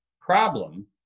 problem